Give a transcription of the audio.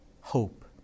hope